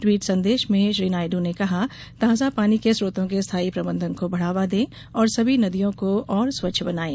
tweet संदेश में श्री नायडू ने ताजा पानी के स्रोतों के स्थायी प्रबंधन को बढ़ावा दें और सभी नदियों को और स्वच्छ बनाएं